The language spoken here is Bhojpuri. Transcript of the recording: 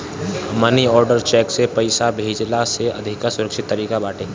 मनी आर्डर चेक से पईसा भेजला से अधिका सुरक्षित तरीका बाटे